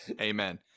Amen